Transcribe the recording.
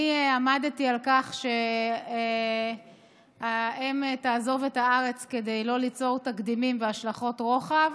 אני עמדתי על כך שהאם תעזוב את הארץ כדי לא ליצור תקדימים והשלכות רוחב,